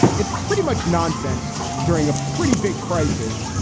it's pretty much nonsense during a pretty big crisis.